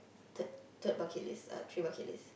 third third bucket list uh three bucket list